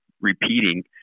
repeating